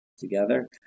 together